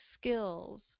skills